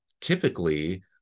Typically